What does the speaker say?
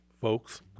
folks